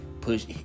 push